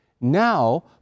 Now